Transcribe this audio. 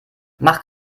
mach